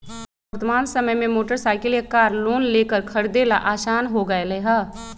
वर्तमान समय में मोटर साईकिल या कार लोन लेकर खरीदे ला आसान हो गयले है